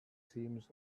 seems